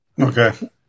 Okay